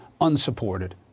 unsupported